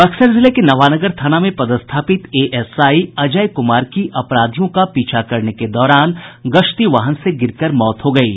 बक्सर जिले के नवानगर थाना में पदस्थापित एएसआई अजय कुमार की अपराधियों का पीछा करने के दौरान गश्ती वाहन से गिरकर मौत हो गयी